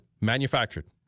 manufactured